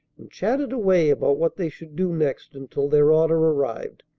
and chatted away about what they should do next, until their order arrived.